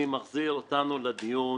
אני מחזיר אותנו לדיון